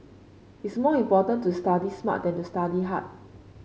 it's more important to study smart than to study hard